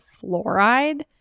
fluoride